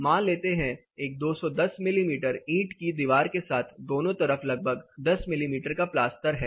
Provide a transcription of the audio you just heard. मान लेते हैं एक 210 मिमी ईंट की दीवार के साथ दोनों तरफ लगभग 10 मिमी का प्लास्तर है